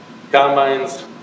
combines